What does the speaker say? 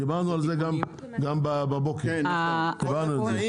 דיברנו על זה גם בבוקר דיברנו על זה.